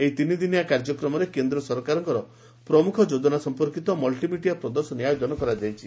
ଏହି ତିନିଦିନିଆ କାର୍ଯ୍ୟକ୍ରମରେ କେନ୍ଦ ସରକାରଙ୍କର ପ୍ରମ୍ରଖ ଯୋଜନା ସମ୍ପର୍କୀତ ମଲ୍ ି ମିଡିଆ ପ୍ରଦର୍ଶନୀର ଆୟୋଜନ କରାଯାଇଛି